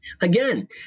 Again